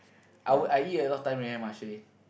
I would I eat a lot of time already eh Marche